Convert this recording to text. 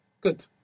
Good